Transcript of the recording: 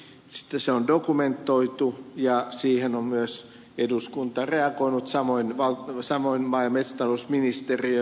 sitten se on dokumentoitu ja siihen on myös eduskunta reagoinut samoin maa ja metsätalousministeriö ja ministeri